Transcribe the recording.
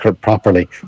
properly